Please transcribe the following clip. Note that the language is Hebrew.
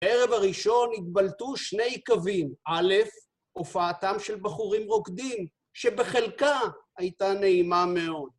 בערב הראשון התבלטו שני קווים. א', הופעתם של בחורים רוקדים, שבחלקה הייתה נעימה מאוד.